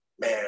man